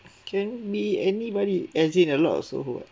can be anybody as in a lot also [what]